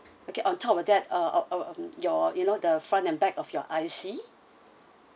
okay on top of that uh uh um your you know the front and back of your I_C